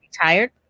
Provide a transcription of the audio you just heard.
retired